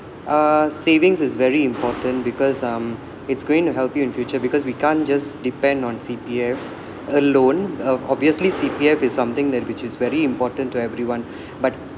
uh savings is very important because um it's going to help you in future because we can't just depend on C_P_F alone uh obviously C_P_F is some something that which is very important to everyone but